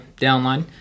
downline